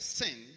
sin